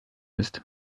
ist